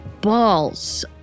Balls